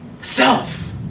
Self